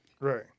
Right